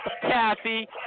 Kathy